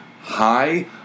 Hi